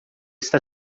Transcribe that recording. está